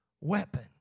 weapon